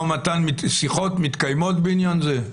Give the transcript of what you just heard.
שיחות מתקיימות בעניין זה?